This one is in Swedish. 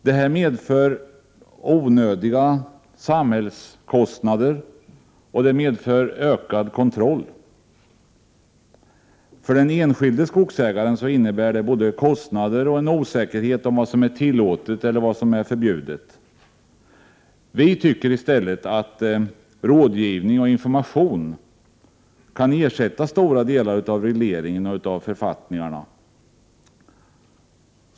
Detta medför onödiga samhällskostnader och ökad kontroll. För den enskilde skogsägaren innebär det både kostnader och en osäkerhet om vad som är tillåtet eller förbjudet. I stället bör rådgivning och information ersätta stora delar av regleringen och författningarna.